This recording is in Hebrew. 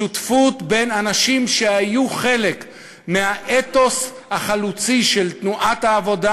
שותפות בין אנשים שהיו חלק מהאתוס החלוצי של תנועת העבודה